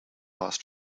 last